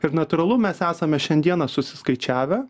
ir natūralu mes esame šiandieną susiskaičiavę